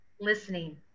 listening